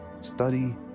study